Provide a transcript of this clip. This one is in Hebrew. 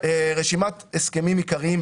ממשיכים בהצבעה על הסתייגויות.